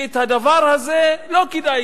שהדבר הזה לא כדאי,